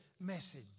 message